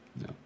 No